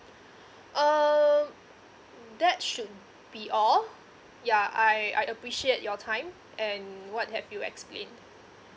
um that should be all yeah I I appreciate your time and what have you explained